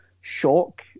shock